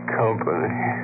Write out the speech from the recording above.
company